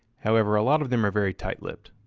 however a lot of them are very tight lipped.